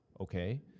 Okay